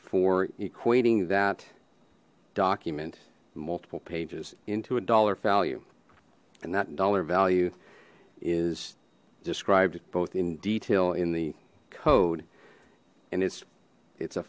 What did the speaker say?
equating that document multiple pages into a dollar value and that dollar value is described both in detail in the code and it's it's a